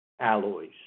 alloys